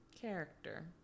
character